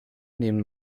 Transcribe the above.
nehmen